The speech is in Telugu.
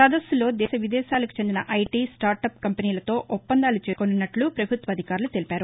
సదస్సులో దేశ విదేశాలకు చెందిన ఐటీ స్టార్టప్ కంపెనీలతో ఒప్పందాలు చేసుకోనున్నట్లు పభుత్వ అధికారులు తెలిపారు